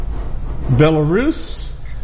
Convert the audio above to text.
Belarus